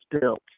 built